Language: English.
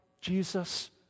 Jesus